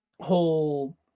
whole